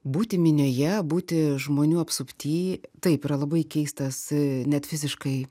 būti minioje būti žmonių apsupty taip yra labai keistas net fiziškai